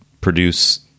produce